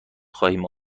خواهیم